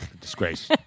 Disgrace